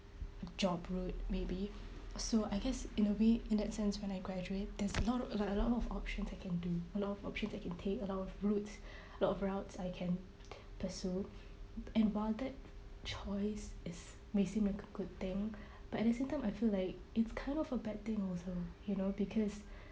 job road maybe so I guess in a way in that sense when I graduate there's a lot of like a lot of options that I can do a lot of option I can take a lot of roads a lot of routes I can pursue choice is may seem like a good thing but at the same time I feel like it's kind of a bad thing also you know because